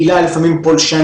עילה שהיא לפעמים פולשנית,